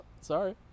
Sorry